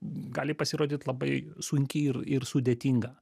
gali pasirodyt labai sunki ir ir sudėtinga